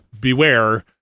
beware